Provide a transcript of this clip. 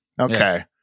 Okay